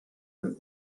route